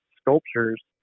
sculptures